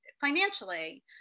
financially